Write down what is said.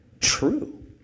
true